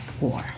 War